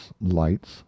lights